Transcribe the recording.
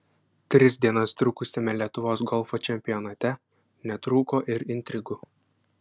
tris dienas trukusiame lietuvos golfo čempionate netrūko ir intrigų